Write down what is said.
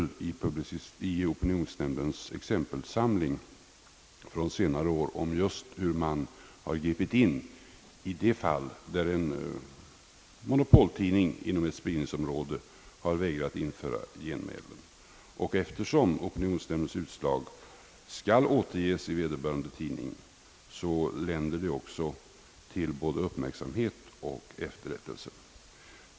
Vi har i opinionsnämndens exempelsamling många exempel från senare år på hur man gripit in i fall där en monopoltidning inom ett visst spridningsområde vägrat införa genmälan. Eftersom opinionsnämndens utslag skall återges i vederbörande tidning, länder detta också till både uppmärksamhet och efterrättelse.